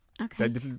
Okay